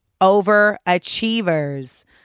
overachievers